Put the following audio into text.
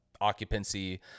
occupancy